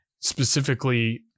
Specifically